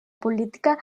política